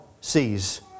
sees